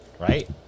Right